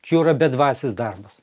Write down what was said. čia yra bedvasis darbas